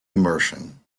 immersion